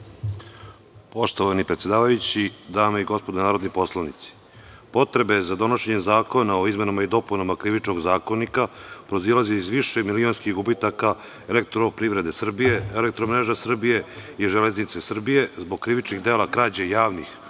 Poštovani predsedavajući, dame i gospodo narodni poslanici. Potrebe za donošenje zakona o izmenama i dopunama Krivičnog zakonika proizilaze iz višemilionskih gubitaka EPS, „Elektromreža Srbije“ i „Železnica Srbije“, zbog krivičnih dela krađe javnih